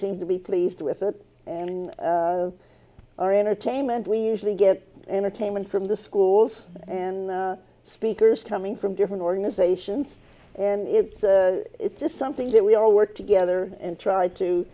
seemed to be pleased with it and in our entertainment we usually get entertainment from the schools and speakers coming from different organizations and it's just something that we all work together and try to